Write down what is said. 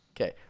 Okay